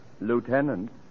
Lieutenant